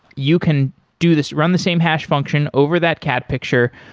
you can do this, run the same hash function over that cat picture,